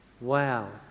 Wow